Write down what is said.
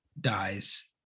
dies